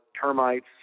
termites